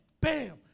bam